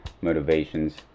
motivations